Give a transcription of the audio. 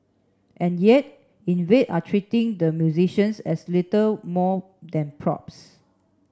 and yet Invade are treating the musicians as little more than props